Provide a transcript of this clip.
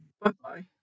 Bye-bye